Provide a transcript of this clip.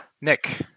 nick